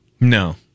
No